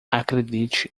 acredite